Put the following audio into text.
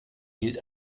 gilt